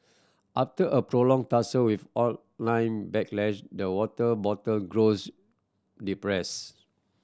after a prolonged tussle with online backlash the water bottle grows depress